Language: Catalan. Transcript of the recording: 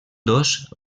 dos